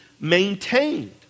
maintained